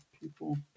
people